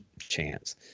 chance